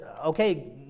okay